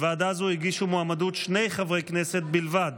לוועדה זו הגישו מועמדות שני חברי כנסת בלבד,